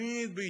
תמיד באטיות,